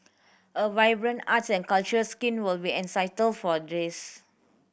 a vibrant arts and culture scene will be essential for this